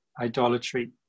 idolatry